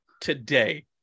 today